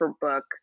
Book